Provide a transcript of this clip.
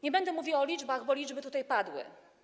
Nie będę mówiła o liczbach, bo liczby tutaj padły.